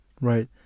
right